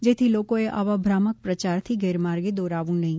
જેથી લોકોએ આવા ભ્રામક પ્રચારથી ગેરમાર્ગે દોરાવુ નહિ